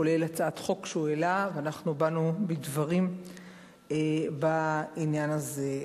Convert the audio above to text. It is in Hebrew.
כולל הצעת חוק שהוא העלה ואנחנו באנו בדברים בעניין הזה.